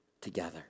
together